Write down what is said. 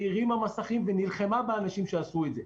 הרימה מסכים ונלחמה באנשים שעשו את זה.